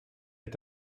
est